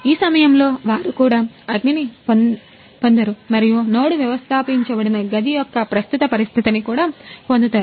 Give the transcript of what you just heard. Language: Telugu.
ఈ సమయంలో వారు కూడా అగ్నిని పొందరు మరియు నోడ్ వ్యవస్థాపించబడిన గది యొక్క ప్రస్తుత పరిస్థితిని కూడా పొందుతారు